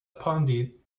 pandit